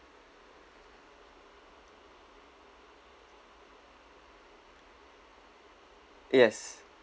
yes